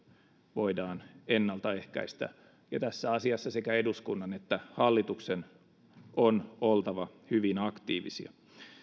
voidaan ennaltaehkäistä ja tässä asiassa sekä eduskunnan että hallituksen on oltava hyvin aktiivisia